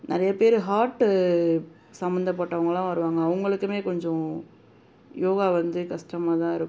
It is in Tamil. நிறையப் பேர் ஹார்ட்டு சம்பந்தப்பட்டவங்கள்லாம் வருவாங்க அவங்களுக்குமே கொஞ்சம் யோகா வந்து கஷ்டமாதான் இருக்கும்